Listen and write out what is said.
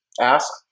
ask